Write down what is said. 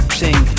sing